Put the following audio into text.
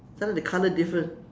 start with the colour different